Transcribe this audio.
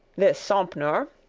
this sompnour,